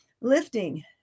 lifting